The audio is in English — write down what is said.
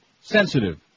sensitive